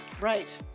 Right